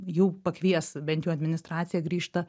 jau pakvies bent jau administracija grįžta